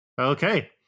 Okay